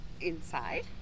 Inside